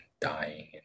dying